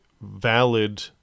valid